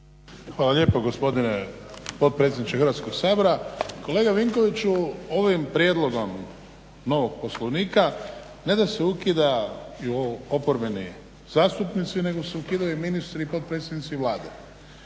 Hvala lijepo gospodine potpredsjedniče Hrvatskog sabora. Kolega Vinkoviću ovim prijedlogom novog poslovnika ne da se ukidaju oporbeni zastupnici nego se ukidaju ministri i potpredsjednici Vlade.